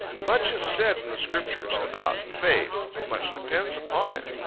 much is said in the scriptures about faith. much depends upon it.